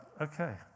Okay